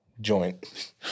joint